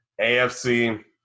AFC